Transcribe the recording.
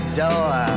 door